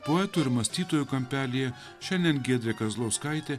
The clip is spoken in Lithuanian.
poetų ir mąstytojų kampelyje šiandien giedrė kazlauskaitė